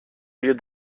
lieu